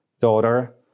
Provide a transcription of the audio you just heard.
daughter